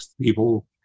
people